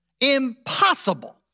impossible